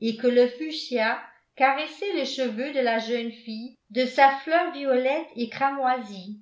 et que le fushia caressait les cheveux de la jeune fille de sa fleur violette et cramoisie